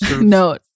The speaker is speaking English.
No